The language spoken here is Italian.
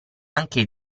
anche